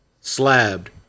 slabbed